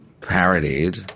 parodied